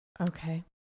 Okay